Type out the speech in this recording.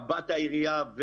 קב"ט העירייה,